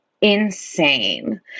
insane